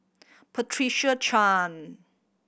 Patricia Chan